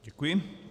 Děkuji.